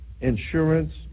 insurance